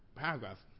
paragraph